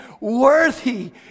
worthy